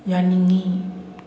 ꯌꯥꯅꯤꯡꯉꯤ